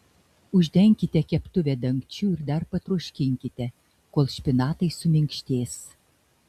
uždenkite keptuvę dangčiu ir dar patroškinkite kol špinatai suminkštės